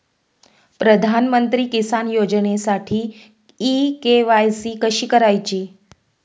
प्रधानमंत्री किसान योजनेसाठी इ के.वाय.सी कशी करायची?